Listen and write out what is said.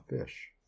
fish